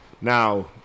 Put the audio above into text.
Now